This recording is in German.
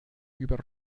über